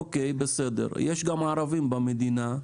אוקי, בסדר, יש גם ערבים במדינה.